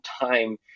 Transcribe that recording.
time